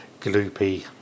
gloopy